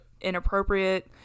inappropriate